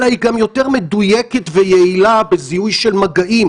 אלא היא גם יותר מדויקת ויעילה בזיהוי של מגעים,